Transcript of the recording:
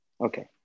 Okay